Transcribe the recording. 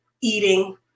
eating